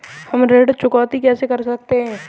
हम ऋण चुकौती कैसे कर सकते हैं?